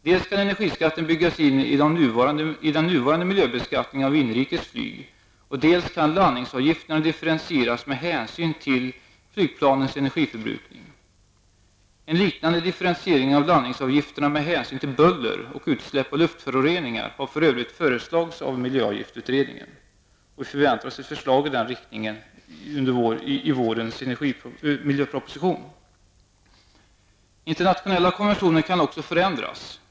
Dels kan energiskatten byggas in i den nuvarande miljöbeskattningen av inrikesflyg, dels kan landningsavgifterna differentieras med hänsyn till flygplanens energiförbrukning. En liknande differentiering av landningsavgifterna med hänsyn till buller och utsläpp av luftföroreningar har för övrigt föreslagits av miljöavgiftsutredningen, och ett förslag i den riktningen är att vänta i vårens miljöproposition. Internationella konventioner kan också förändras.